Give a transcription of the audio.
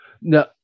no